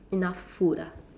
enough food ah